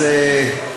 אז,